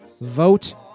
vote